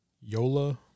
Yola